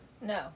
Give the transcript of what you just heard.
no